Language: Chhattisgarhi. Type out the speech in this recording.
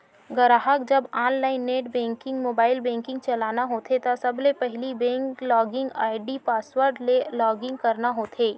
गराहक जब online net banking, mobile banking चलाना होथे त सबले पहिली बेंक लॉगिन आईडी अउ पासवर्ड ले लॉगिन करना होथे